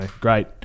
great